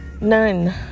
none